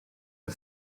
the